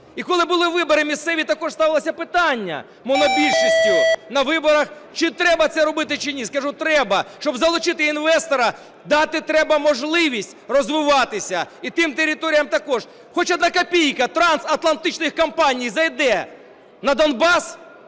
І коли були вибори місцеві, також ставилося питання монобільшістю на виборах, чи треба це робити, чи ні. Скажу - треба, щоб залучити інвестора, дати треба можливість розвиватися і тим територіям також. Хоч одна копійка трансатлантичних компаній зайде на Донбас